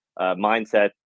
mindset